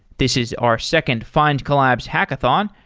this is our second findcollabs hackathon.